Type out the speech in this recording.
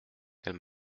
quel